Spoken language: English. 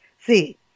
See